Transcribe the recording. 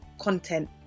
content